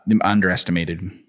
underestimated